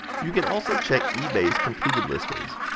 you can also check ebay's completed listings.